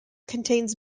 contains